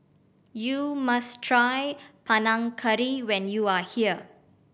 you must try Panang Curry when you are here